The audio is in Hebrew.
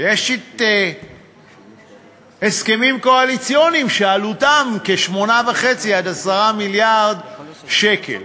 יש הסכמים קואליציוניים שעלותם 8.5 10 מיליארד שקל.